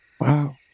Wow